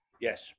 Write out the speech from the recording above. Yes